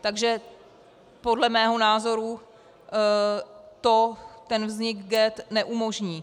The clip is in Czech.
Takže podle mého názoru to ten vznik ghett neumožní.